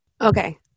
Okay